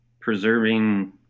preserving